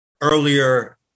earlier